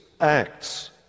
acts